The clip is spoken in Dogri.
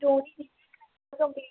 जो बी